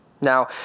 Now